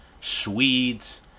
Swedes